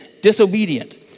disobedient